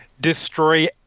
destroy